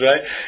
right